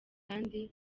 kandi